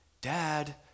dad